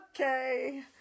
okay